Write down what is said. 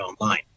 online